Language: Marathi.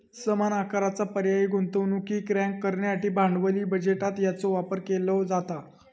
समान आकाराचा पर्यायी गुंतवणुकीक रँक करण्यासाठी भांडवली बजेटात याचो वापर केलो जाता